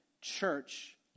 church